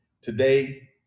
Today